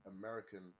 American